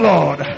Lord